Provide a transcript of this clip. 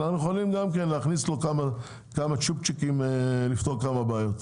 אנחנו חייבים להכניס גם כן כמה צ'ופצ'יקים לפתור כמה בעיות.